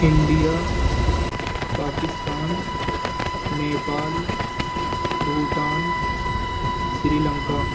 India Pakistan Nepal Bhutan Sri Lanka